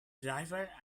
driver